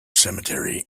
cemetery